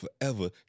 forever